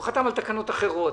הוא חתם על תקנות אחרות